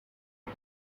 iyi